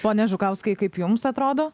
pone žukauskai kaip jums atrodo